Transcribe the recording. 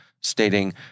stating